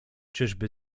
czyżby